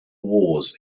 wars